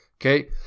okay